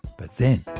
but then,